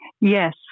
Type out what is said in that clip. Yes